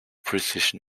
precision